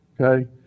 Okay